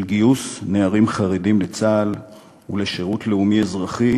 גיוס נערים חרדים לצה"ל ולשירות לאומי אזרחי